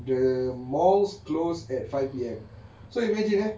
the malls closed at five P_M so you imagine eh